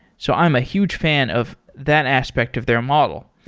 so i'm a huge fan of that aspect of their model.